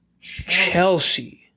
Chelsea